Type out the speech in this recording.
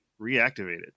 reactivated